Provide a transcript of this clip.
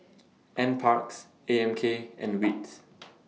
NParks A M K and WITS